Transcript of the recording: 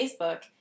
Facebook